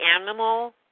animal